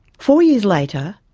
four years later,